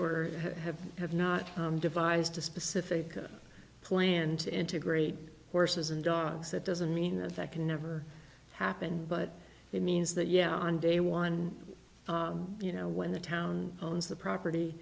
or have have not devised a specific plan to integrate horses and dogs that doesn't mean that that can never happen but it means that yeah on day one you know when the town owns the property